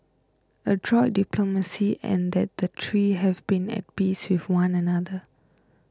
adroit diplomacy and that the three have been at peace with one another